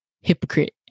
Hypocrite